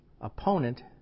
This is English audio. opponent